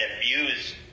views